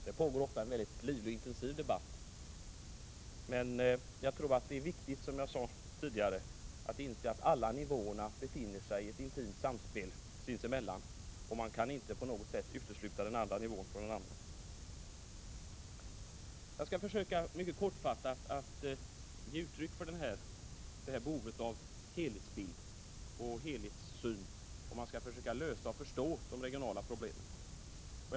Det pågår ofta en mycket livlig och intensiv debatt, men jag tror att det är viktigt, som jag sade tidigare, att inse att alla nivåerna befinner sig i intimt samspel med varandra och att man inte kan avskärma den ena nivån från den andra. Jag skall försöka att mycket kortfattat ge uttryck åt detta behov av en helhetssyn när man skall försöka att förstå och lösa de regionala problemen.